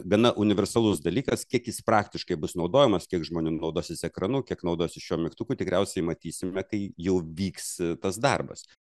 gana universalus dalykas kiek jis praktiškai bus naudojamas kiek žmonių naudosis ekranu kiek naudosis šiuo mygtuku tikriausiai matysime kai jau vyks tas darbas